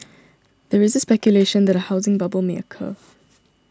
there is speculation that a housing bubble may occur